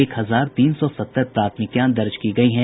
एक हजार तीन सौ सत्तर प्राथमिकियां दर्ज करायी गयी हैं